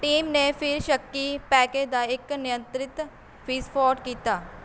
team ਨੇ ਫਿਰ ਸ਼ੱਕੀ ਪੈਕੇਜ ਦਾ ਇੱਕ ਨਿਯੰਤ੍ਰਿਤ ਵਿਸਫੋਟ ਕੀਤਾ